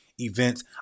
events